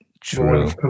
True